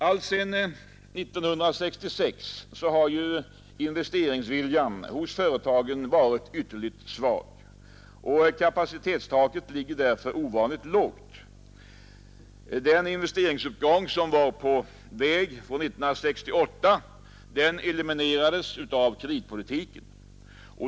Alltsedan 1966 har investeringsviljan hos företagen varit ytterligt svag, och kapacitetstaket ligger därför ovanligt lågt. Den investeringsuppgång som var på väg 1968 eliminerades av kreditpolitiken.